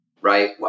right